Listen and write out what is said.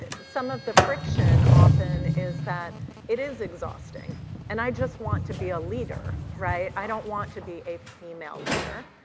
some of the friction often is that it is exhausting and i just want to be a leader, right, i don't want to be a female leader.